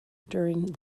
during